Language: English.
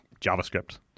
JavaScript